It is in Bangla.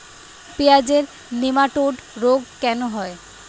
পেঁয়াজের নেমাটোড রোগ কেন হয়?